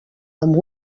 amb